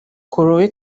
khloe